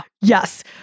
Yes